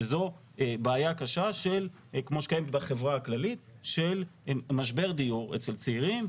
שזו בעיה קשה כמו שקיימת בחברה הכללית של משבר דיור אצל צעירים,